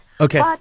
Okay